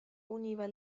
univa